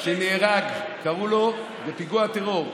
היה חייל שנהרג בפיגוע טרור,